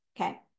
okay